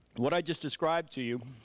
what i just described to you